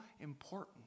important